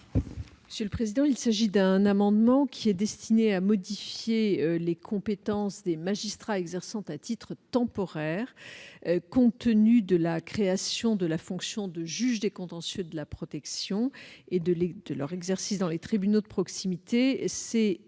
sceaux. Le présent amendement vise à modifier les compétences des magistrats exerçant à titre temporaire. Compte tenu de la création de la fonction de juge des contentieux de la protection et de leur exercice dans les tribunaux de proximité, ces magistrats